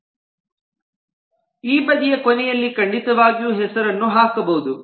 ಈ ಬದಿಯ ಕೊನೆಯಲ್ಲಿ ಖಂಡಿತವಾಗಿಯೂ ಹೆಸರನ್ನು ಹಾಕಬಹುದು